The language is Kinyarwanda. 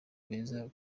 beza